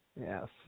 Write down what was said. yes